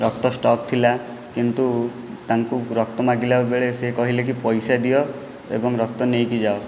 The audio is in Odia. ରକ୍ତ ଷ୍ଟକ୍ ଥିଲା କିନ୍ତୁ ତାଙ୍କୁ ରକ୍ତ ମାଗିଲା ବେଳେ ସିଏ କହିଲେ କି ପଇସା ଦିଅ ଏବଂ ରକ୍ତ ନେଇକି ଯାଅ